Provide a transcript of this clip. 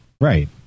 Right